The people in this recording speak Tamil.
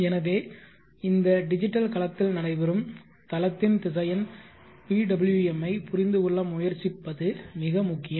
எனவே இந்த டிஜிட்டல் களத்தில் நடைபெறும் தளத்தின் திசையன் PWM ஐப் புரிந்து கொள்ள முயற்சிப்பது மிக முக்கியம்